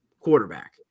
quarterback